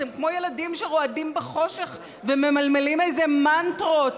אתם כמו ילדים שרועדים בחושך וממלמלים איזה מנטרות,